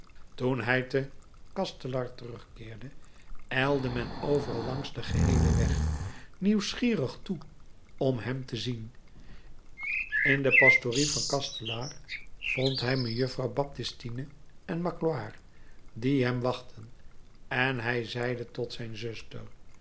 toen hij te chastelar terugkeerde ijlde men overal langs den geheelen weg nieuwsgierig toe om hem te zien in de pastorie van chastelar vond hij mejuffrouw baptistine en magloire die hem wachtten en hij zeide tot zijn zuster